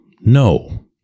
no